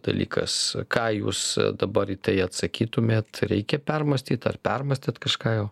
dalykas ką jūs dabar į tai atsakytumėt reikia permąstyt ar permąstėt kažką jau